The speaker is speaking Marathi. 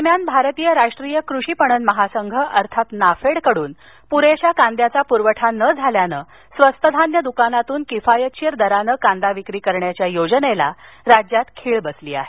दरम्यान भारतीय राष्ट्रीय कृषी पणन महासंघ अर्थात नाफेडकडून पुरेशा कांद्याचा पुरवठा न झाल्यानं स्वस्त धान्य दुकानातून किफायतशीर दरानं कांदा विक्री करण्याच्या योजनेला राज्यात खीळ बसली आहे